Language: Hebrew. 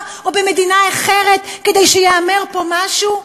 או במדינה אחרת כדי שייאמר פה משהו?